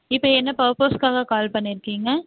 இப்போ என்ன பர்பஸ்காக கால் பண்ணியிருக்கீங்க